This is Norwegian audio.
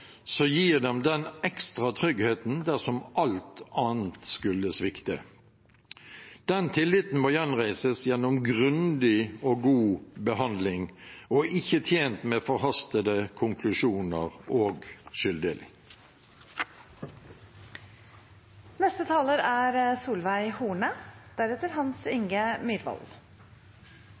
gir dem den ekstra tryggheten dersom alt annet skulle svikte. Den tilliten må gjenreises gjennom grundig og god behandling og er ikke tjent med forhastede konklusjoner og skylddeling. «Den største skandalen i nyere tid» er